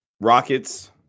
Rockets